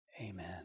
amen